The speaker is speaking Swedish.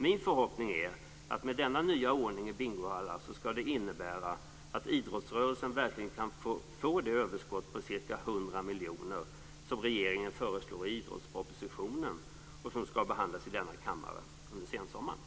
Min förhoppning är att denna nya ordning i bingohallarna skall innebära att idrottsrörelsen verkligen får det överskott på ca 100 miljoner som regeringen föreslår i idrottspropositionen och som skall behandlas i riksdagen under sensommaren.